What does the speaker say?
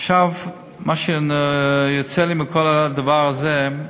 עכשיו, מה שיוצא לי מכל הדבר הזה,